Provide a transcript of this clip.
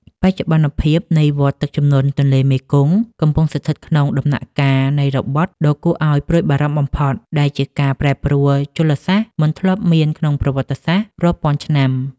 បច្ចុប្បន្នភាពនៃវដ្តទឹកជំនន់ទន្លេមេគង្គ កំពុងស្ថិតក្នុងដំណាក់កាលនៃរបត់ដ៏គួរឱ្យព្រួយបារម្ភបំផុត ដែលជាការប្រែប្រួលជលសាស្ត្រមិនធ្លាប់មានក្នុងប្រវត្តិសាស្ត្ររាប់ពាន់ឆ្នាំ។